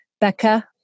Becca